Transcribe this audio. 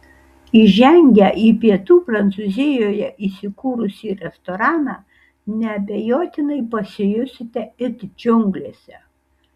įžengę į pietų prancūzijoje įsikūrusį restoraną neabejotinai pasijusite it džiunglėse